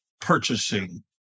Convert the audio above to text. purchasing